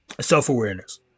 Self-awareness